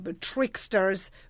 Tricksters